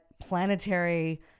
planetary